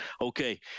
okay